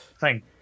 Thank